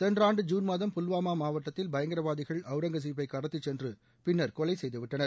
சென்ற ஆண்டு ஜூன்மாதம் புல்வாமா மாவட்டத்தில் பயங்கரவாதிகள் அவுரங்சிப்பை கடத்திச்சென்று பின்னா் கொலைசெய்து விட்டனர்